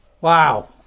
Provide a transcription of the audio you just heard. wow